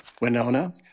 Winona